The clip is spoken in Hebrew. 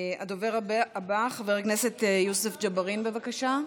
הדובר הבא, חבר הכנסת יוסף ג'בארין, בבקשה,